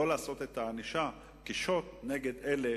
לא לעשות את הענישה כשוט נגד אלה